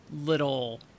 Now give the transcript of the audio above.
little